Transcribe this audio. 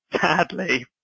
sadly